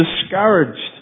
discouraged